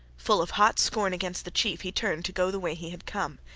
full of hot scorn against the chief, he turned to go the way he had come.